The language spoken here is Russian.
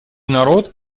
народ